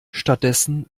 stattdessen